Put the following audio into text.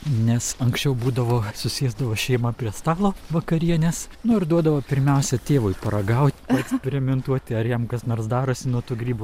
nes anksčiau būdavo susėsdavo šeima prie stalo vakarienės nu ir duodavo pirmiausia tėvui paragaut paeksperimentuoti ar jam kas nors darosi nuo tų grybų